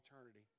eternity